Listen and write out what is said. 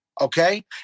okay